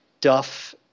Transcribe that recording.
duff